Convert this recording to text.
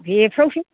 बेफोरावसो